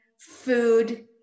food